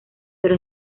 pero